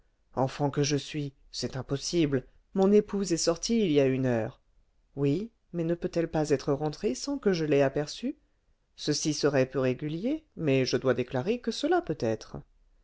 enfant que je suis c'est impossible mon épouse est sortie il y a une heure oui mais ne peut-elle pas être rentrée sans que je l'aie aperçue ceci serait peu régulier mais je dois déclarer que cela peut être